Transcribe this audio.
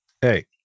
Hey